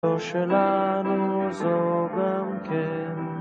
זו שלנו זו גם כן.